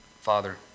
Father